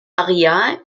areal